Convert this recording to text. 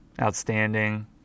outstanding